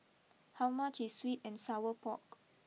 how much is sweet and Sour Pork